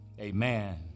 Amen